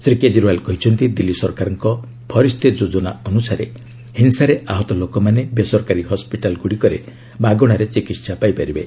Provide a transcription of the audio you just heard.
ଶ୍ରୀ କେଜରିୱାଲ କହିଛନ୍ତି ଦିଲ୍ଲୀ ସରକାରଙ୍କ ଫରିସ୍ତେ ଯୋଜନା ଅନ୍ଦସାରେ ହିଂସାରେ ଆହତ ଲୋକମାନେ ବେସରକାରୀ ହସ୍କିଟାଲଗୁଡ଼ିକରେ ମାଗଣାରେ ଚିକିତ୍ସା ପାଇପାରିବେ